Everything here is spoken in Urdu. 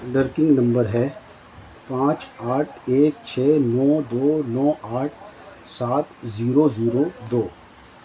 لرکنگ نمبر ہے پانچ آٹھ ایک چھ نو دو نو آٹھ سات زیرو زیرو دو